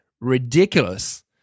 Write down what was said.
ridiculous